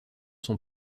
son